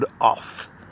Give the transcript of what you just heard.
off